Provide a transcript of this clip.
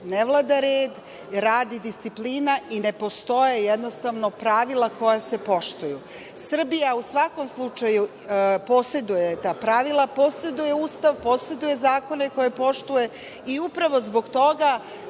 ne vlada red, rad i disciplina i ne postoje jednostavno pravila koja se poštuju. Srbija u svakom slučaju poseduje ta pravila, poseduje Ustav, poseduje zakone koje poštuje i upravo zbog toga